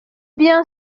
bien